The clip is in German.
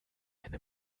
eine